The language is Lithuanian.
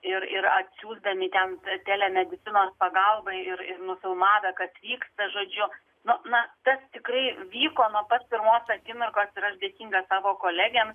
ir ir atsiųsdami ten telemedicinos pagalbą ir ir nufilmavę kad vyksta žodžiu nu na tas tikrai vyko nuo pat pirmos akimirkos ir aš dėkinga savo kolegėms